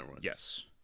Yes